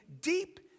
deep